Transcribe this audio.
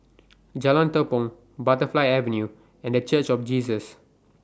Jalan Tepong Butterfly Avenue and The Church of Jesus